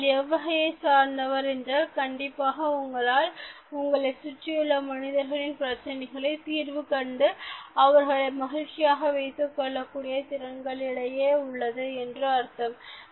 நீங்கள் எவ்வகையை சார்ந்தவர் என்றால் கண்டிப்பாக உங்களால் உங்களை சுற்றியுள்ள மனிதர்களின் பிரச்சனைகளை தீர்வு கண்டு அவர்களை மகிழ்ச்சியாக வைத்து கொள்ளக் கூடிய திறன் உங்களிடையே உள்ளது என்று அர்த்தம்